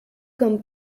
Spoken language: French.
comme